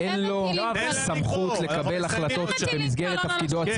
איך יש חוק נבצרות אם הוא דואג לציבור?